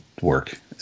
work